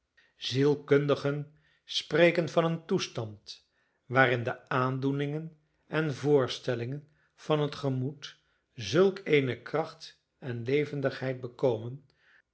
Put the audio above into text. zielkundigen spreken van een toestand waarin de aandoeningen en voorstellingen van het gemoed zulk eene kracht en levendigheid bekomen